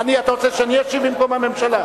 אתה רוצה שאני אשיב במקום הממשלה?